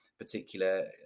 particular